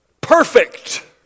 perfect